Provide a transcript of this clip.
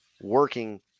working